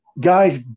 guys